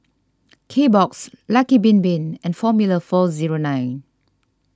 Kbox Lucky Bin Bin and formula four zero nine